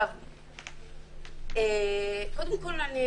אני אעשה כמיטב יכולתי